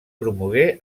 promogué